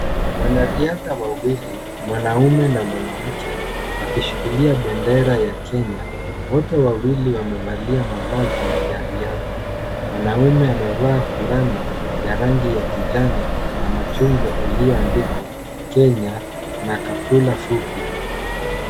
Wanariadha wawili, mwanamme na mwanamke, akishikilia bendera ya Kenya, wote wawili wamevalia mavazi ya riadha. Mwanamme amevaa fulana ya rangi ya kijani na machungwa iliyoandikwa Kenya na kaptura fupi.